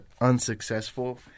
unsuccessful